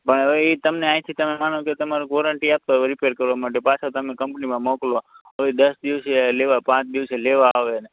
પણ હવે એ તમને આહીંથી માનો કે તમને વોરંટી આપતા હોય રિપેર કરવા માટે પાછા તમે કંપનીમાં મોકલો એ દસ દિવસે લેવા આવે એટલે પાંચ દિવસે લેવા આવે